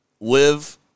live